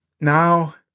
now